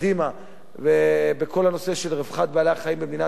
בכל הנושא של רווחת בעלי-החיים במדינת ישראל,